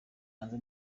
hanze